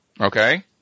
Okay